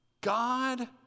God